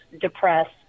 depressed